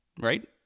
right